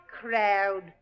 crowd